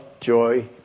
joy